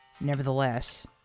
nevertheless